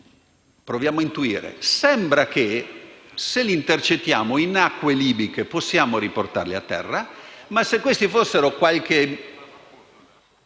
Proviamo a intuire: sembra che se li intercettiamo in acque libiche possiamo riportarli a terra; ma se questi fossero a qualche